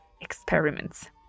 experiments